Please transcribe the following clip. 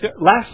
Last